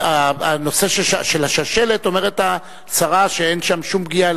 בנושא של השלשלת אומרת השרה שאין שם שום פגיעה,